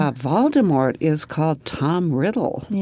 ah voldemort is called tom riddle.